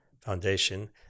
foundation